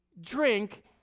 drink